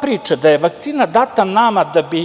priča da je vakcina data nama da bi